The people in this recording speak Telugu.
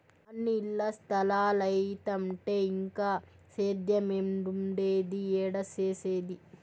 అన్నీ ఇల్ల స్తలాలైతంటే ఇంక సేద్యేమేడుండేది, ఏడ సేసేది